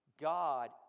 God